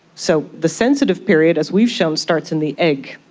so the sensitive period, as we've shown, starts in the egg,